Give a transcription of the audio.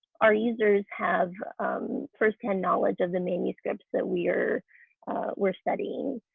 our users have firsthand knowledge of the manuscripts that we're we're studying,